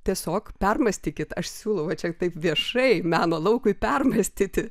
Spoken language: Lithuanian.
tiesiog permąstykit aš siūlau va čia taip viešai meno laukui permąstyti